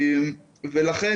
לכן,